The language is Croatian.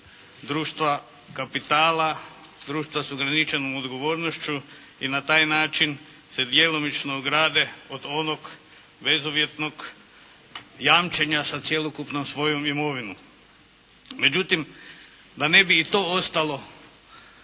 društva kapitala, društva s ograničenom odgovornošću i na taj način se djelomično ograde od onog bezuvjetnog jamčenja sa cjelokupnom svojom imovinom. Međutim, da ne bi i to ostalo